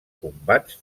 combats